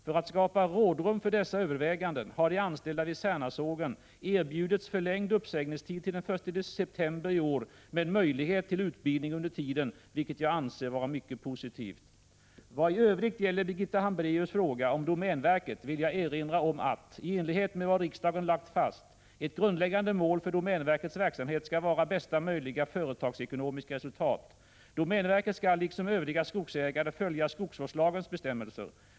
För att skapa rådrum för dessa överväganden har de anställda vid Särnasågen erbjudits förlängd uppsägningstid till den 1 september i år med möjlighet till utbildning under tiden, vilket jag anser vara mycket positivt. Vad i övrigt gäller Birgitta Hambraeus fråga om domänverket vill jag erinra om att —i enlighet med vad riksdagen lagt fast — ett grundläggande mål för domänverkets verksamhet skall vara bästa möjliga företagsekonomiska resultat. Domänverket skall liksom övriga skogsägare följa skogsvårdslagens bestämmelser.